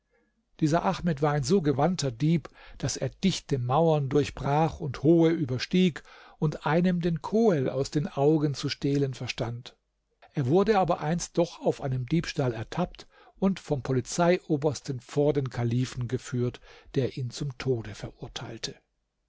dieser ahmed war ein so gewandter dieb daß er dichte mauern durchbrach und hohe überstieg und einem den kohel aus den augen zu stehlen verstand er wurde aber einst doch auf einem diebstahl ertappt und vom polizeiobersten vor den kalifen geführt der ihn zum tode verurteilte